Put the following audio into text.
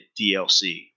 DLC